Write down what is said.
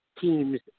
teams